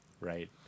right